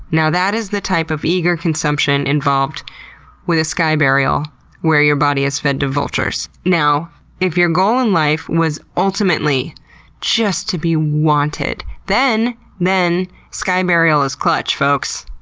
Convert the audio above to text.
now that is the type of eager consumption involved with a sky burial where your body is fed to vultures. if your goal in life was ultimately just to be wanted, then then sky burial is clutch, folks.